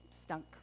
stunk